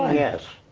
yes.